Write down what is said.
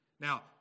Now